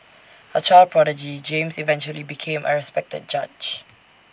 A child prodigy James eventually became A respected judge